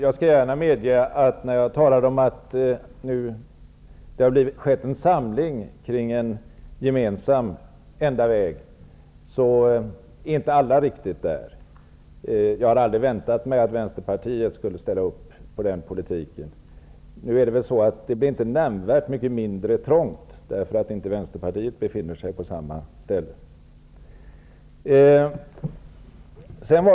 Herr talman! Jag talade om att det nu skett en samling kring en gemensam enda väg, men jag skall gärna medge att inte alla riktigt är med. Jag hade aldrig väntat mig att Vänsterpartiet skulle ställa upp på en sådan politik. Det är emellertid inte nämnvärt mindre trångt bara för att Vänsterpartiet inte är med.